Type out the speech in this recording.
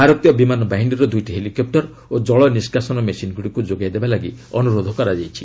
ଭାରତୀୟ ବାହିନୀର ଦୁଇଟି ହେଲିକପୁର୍ ଓ ଜଳ ନିଷ୍କାସନ ମେସିନ୍ଗୁଡ଼ିକୁ ଯୋଗାଇ ଦେବାଲାଗି ଅନୁରୋଧ କରାଯାଇଛି